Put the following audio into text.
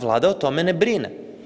Vlada o tome ne brine.